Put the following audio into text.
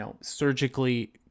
surgically